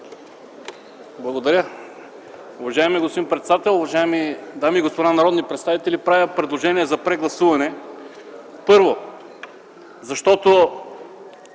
Благодаря. Уважаеми господин председател, уважаеми дами и господа народни представители! Правя предложение за прегласуване, първо, защото